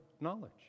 knowledge